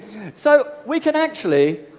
so, we can actually.